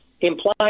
implied